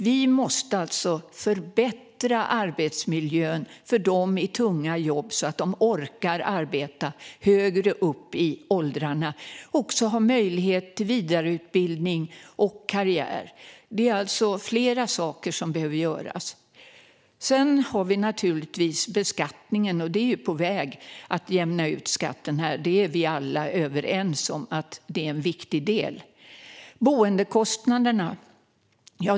Vi måste förbättra arbetsmiljön för dem som har tunga jobb, så att de orkar arbeta högre upp i åldrarna och också har möjlighet till vidareutbildning och karriär. Det är flera saker som behöver göras. Sedan har vi beskattningen. Vi är på väg att jämna ut skatten här. Vi är alla överens om att detta är en viktig del. Nu kommer vi till boendekostnaderna.